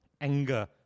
Anger